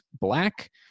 Black